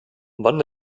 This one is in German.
wann